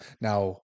Now